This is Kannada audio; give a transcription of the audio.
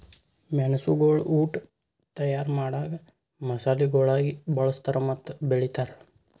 ಮೆಣಸುಗೊಳ್ ಉಟ್ ತೈಯಾರ್ ಮಾಡಾಗ್ ಮಸಾಲೆಗೊಳಾಗಿ ಬಳ್ಸತಾರ್ ಮತ್ತ ಬೆಳಿತಾರ್